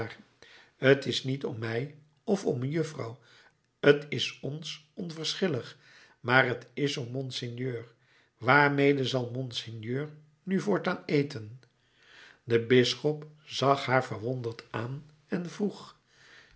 t is niet om mij of om mejuffrouw t is ons onverschillig maar t is om monseigneur waarmede zal monseigneur nu voortaan eten de bisschop zag haar verwonderd aan en vroeg